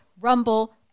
Rumble